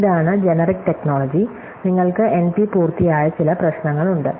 ഇതാണ് generic technology നിങ്ങൾക്ക് NP പൂർത്തിയായ ചില പ്രശ്നങ്ങളുണ്ട്